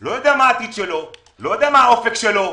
לא יודע מה העתיד שלו, לא יודע מה האופק שלו,